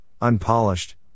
unpolished